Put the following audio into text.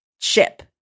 ship